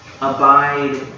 Abide